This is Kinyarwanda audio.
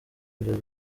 kugeza